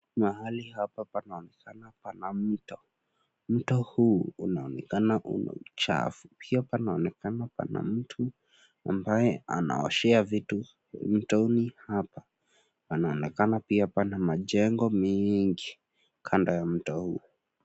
Mahali hapa panaonekana pana mto. Mto huu unaonekana una uchafu. Pia panaonekana pana mtu ambaye anaoshea vitu mtoni hapa. Panaonekana pia pana majengo mengi kando ya mto huu.